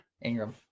Ingram